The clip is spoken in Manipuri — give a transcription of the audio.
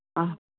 ꯑ